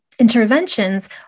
interventions